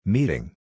Meeting